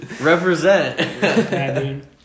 represent